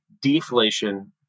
deflation